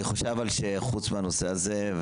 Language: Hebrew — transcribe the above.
אבל אני חושב שמלבד הנושא הזה,